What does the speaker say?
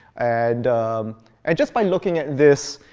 and and just by looking at this,